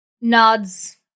nods